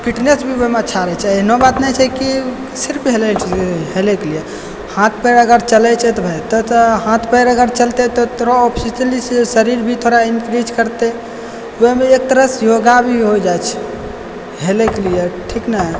fitness भी ओहिमे अच्छा रहैत छै एहनो बात नहि छै की सिर्फ हेलयके लिए हाथ पएर अगर चलैत छै तऽ भाइ हाथ पएर अगर चलतय तऽ तोरो ऑब्यसली छै शरीर भी थोड़ा इनक्रीज करतय ओहिमे एकतरहसँ योगा भी हो जाइत छै हेलयके लिए ठीक न